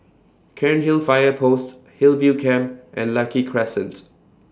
Cairnhill Fire Post Hillview Camp and Lucky Crescents